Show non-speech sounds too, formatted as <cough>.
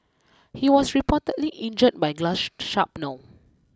he was reportedly injured by glass <unintelligible> shrapnel